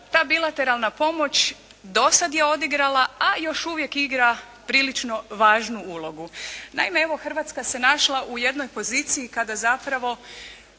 Ta bilateralna pomoć do sad je odigrala, a još uvijek igra prilično važnu ulogu. Naime, evo Hrvatska se našla u jednoj poziciji kada zapravo